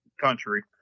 country